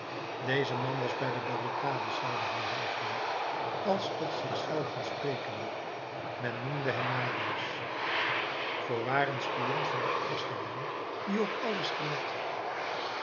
deze man was bij de barricade zeide hij halfluid als tot zich zelven sprekende men noemde hem marius voorwaar een spion van den eersten rang die op alles gelet